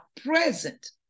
present